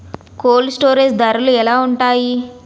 Cold storage ధరలు ఎలా ఉంటాయి?